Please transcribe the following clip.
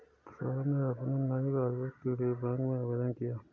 सौरभ ने अपनी नई पासबुक के लिए बैंक में आवेदन किया